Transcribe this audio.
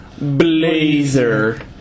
blazer